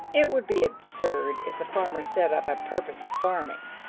it would be absurd if the farmer set up a purpose of farming,